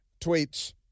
tweets